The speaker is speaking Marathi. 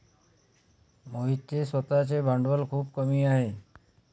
मोहितचे स्वतःचे भांडवल खूप कमी आहे